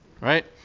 Right